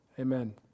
Amen